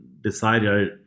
decided